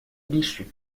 bichu